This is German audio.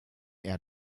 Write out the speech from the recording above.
eher